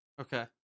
Okay